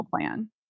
plan